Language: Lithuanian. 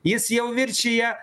jis jau viršija